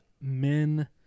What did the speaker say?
Men